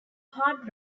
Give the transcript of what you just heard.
hard